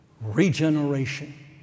regeneration